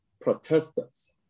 protesters